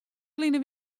ferline